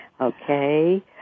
Okay